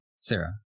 Sarah